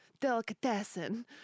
delicatessen